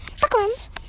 backgrounds